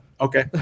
okay